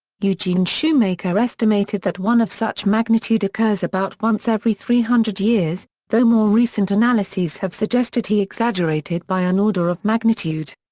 eugene shoemaker estimated that one of such magnitude occurs about once every three hundred years, though more recent analyses have suggested he exaggerated by an order of magnitude.